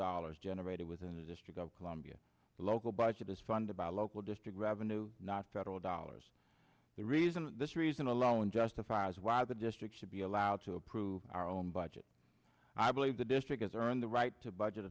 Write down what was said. dollars generated within the district of columbia local budget is funded by a local district revenue not federal dollars the reason this reason alone justifies why the district should be allowed to approve our own budget i believe the district has earned the right to budget